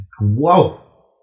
Whoa